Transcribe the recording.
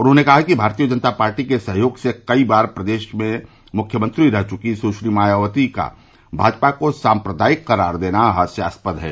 उन्होंने कहा कि भारतीय जनता पार्टी के सहयोग से कई बार प्रदेश में मुख्यमंत्री रह चुकी सुश्री मायावती का भाजपा को साम्प्रदायिक करार देना हास्यास्पद है